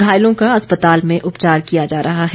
घायलों का अस्पताल में उपचार किया जा रहा है